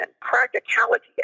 practicality